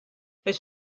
his